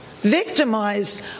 victimized